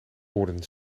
woorden